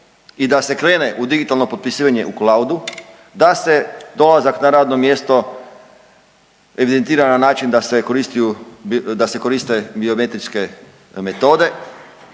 i da se krene u digitalno potpisivanje u cloudu, da se dolazak na radno mjesto evidentira na način da se koristiju, da